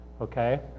okay